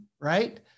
right